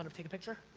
and take a picture?